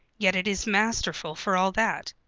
yet it is masterful for all that.